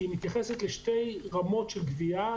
היא מתייחסת לשתי רמות של גבייה,